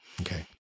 okay